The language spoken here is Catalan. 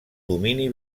domini